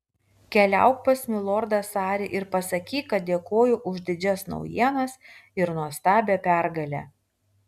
keliauk pas milordą sarį ir pasakyk kad dėkoju už didžias naujienas ir nuostabią pergalę